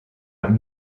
out